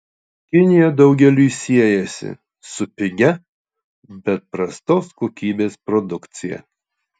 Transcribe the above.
kinija daugeliui siejasi su pigia bet prastos kokybės produkcija